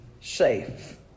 safe